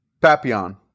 Papillon